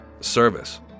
service